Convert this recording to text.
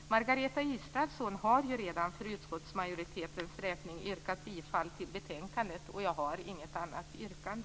Margareta Israelsson har ju redan för utskottsmajoritetens räkning yrkat bifall till hemställan i betänkandet, och jag har inget annat yrkande.